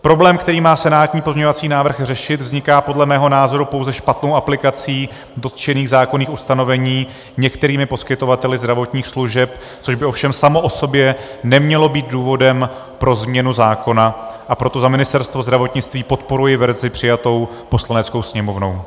Problém, který má senátní pozměňovací návrh řešit, vzniká podle mého názoru pouze špatnou aplikací dotčených zákonných ustanovení některými poskytovateli zdravotních služeb, což by ovšem samo o sobě nemělo být důvodem pro změnu zákona, a proto za Ministerstvo zdravotnictví podporuji verzi přijatou Poslaneckou sněmovnou.